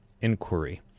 inquiry